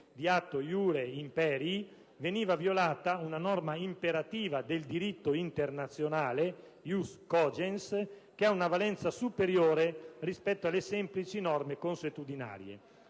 di atto *iure imperii*, veniva violata una norma imperativa del diritto internazionale, *(ius cogens)*, che ha una valenza superiore rispetto alle semplici norme consuetudinarie.